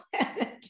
planet